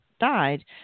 died